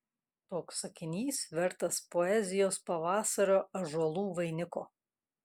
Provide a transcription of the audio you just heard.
toks sakinys vertas poezijos pavasario ąžuolų vainiko